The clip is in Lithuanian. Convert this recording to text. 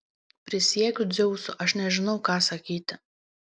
prisiekiu dzeusu aš nežinau ką sakyti